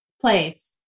place